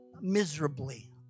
miserably